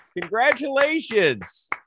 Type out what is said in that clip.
Congratulations